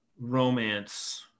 romance